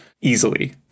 easily